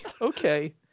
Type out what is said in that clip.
Okay